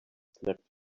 slept